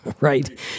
right